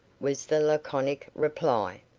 was the laconic reply.